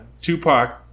Tupac